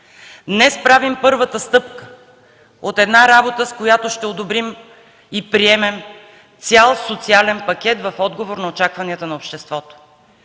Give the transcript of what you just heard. Днес правим първата стъпка с работа, с която ще одобрим и приемем цял социален пакет в отговор на очакванията на обществото.